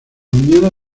mañana